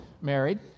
married